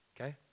Okay